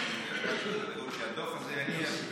כשהדוח הזה יגיע,